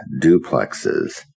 duplexes